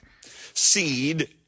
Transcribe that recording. Seed